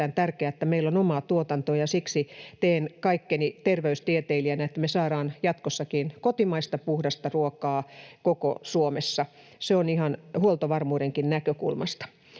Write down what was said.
että meillä on omaa tuotantoa, ja siksi teen terveystieteilijänä kaikkeni, että me saadaan jatkossa kotimaista puhdasta ruokaa koko Suomessa, ihan huoltovarmuudenkin näkökulmasta.